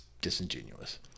disingenuous